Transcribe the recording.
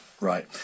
right